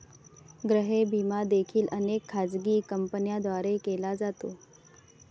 गृह विमा देखील अनेक खाजगी कंपन्यांद्वारे केला जातो